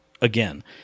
Again